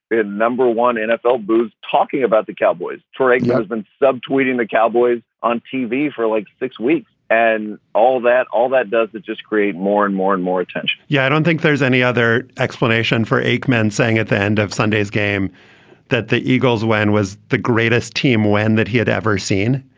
number one, nfl booth talking about the cowboys for exhusband sub tweeting the cowboys on tv for like six weeks and all that. all that does is just create more and more and more attention yeah, i don't think there's any other explanation for aikman saying at the end of sunday's game that the eagles when was the greatest team win that he had ever seen?